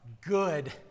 good